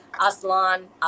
Aslan